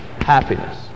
happiness